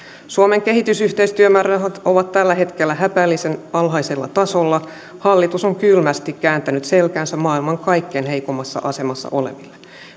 suomen kehitysyhteistyömäärärahat ovat tällä hetkellä häpeällisen alhaisella tasolla hallitus on kylmästi kääntänyt selkänsä maailman kaikkein heikoimmassa asemassa oleville